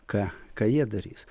ką ką jie darys